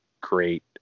great